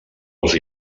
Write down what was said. els